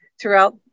throughout